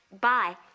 Bye